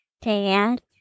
dad